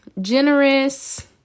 Generous